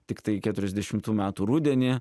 tiktai keturiasdešimtų metų rudenį